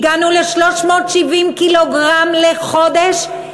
הגענו ל-370 ק"ג לחודש,